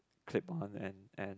clip on and and